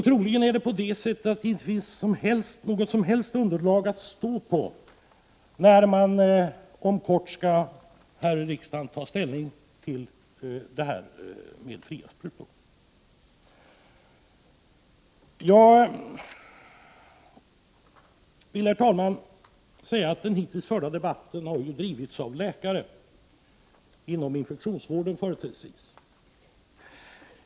Troligen finns det inte något som helst underlag att stå på, när vi inom kort här i riksdagen skall ta ställning till de fria sprutorna. Jag vill, herr talman, säga att den hittills förda debatten har drivits av läkare, företrädesvis inom infektionsvården.